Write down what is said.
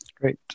Great